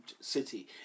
City